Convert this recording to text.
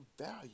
value